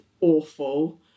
awful